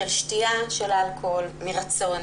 של שתייה של אלכוהול מרצון